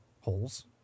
holes